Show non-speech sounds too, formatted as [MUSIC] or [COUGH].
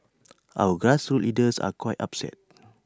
[NOISE] our grassroots leaders are quite upset